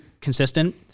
consistent